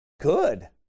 Good